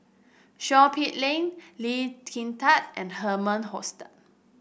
Seow Peck Leng Lee Kin Tat and Herman Hochstadt